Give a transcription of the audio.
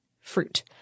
Fruit